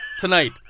tonight